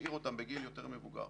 ולהשאיר אותן בגיל יותר מבוגר.